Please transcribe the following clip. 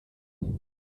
uns